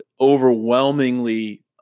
overwhelmingly